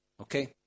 Okay